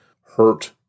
hurt